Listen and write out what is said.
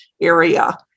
area